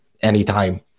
anytime